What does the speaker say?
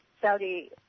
Saudi